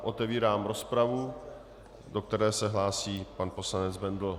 Otevírám rozpravu, do které se hlásí pan poslanec Bendl.